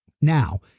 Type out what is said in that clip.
Now